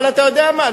אבל אתה יודע מה?